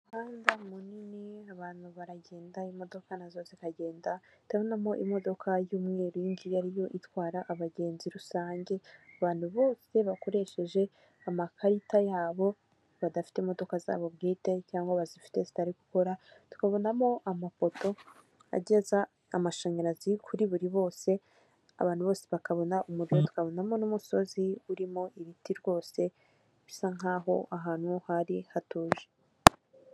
Umuhanda munini abantu baragenda imodoka nazo zikagenda, ndabonamo imodoka y'umweru iyi ngiyi itwara abagenzi rusange, abantu bose bakoresheje amakarita yabo badafite imodoka zabo bwite cyangwa bazifite zitari gukora, tukabonamo amapoto ageza amashanyarazi kuri buri bose abantu bose bakabona umuriro, ukakabonamo n'umusozi urimo ibiti rwose, bisa nkaho ahantu hari hatuje.